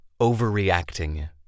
Overreacting